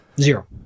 Zero